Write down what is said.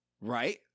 Right